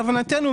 להבנתנו,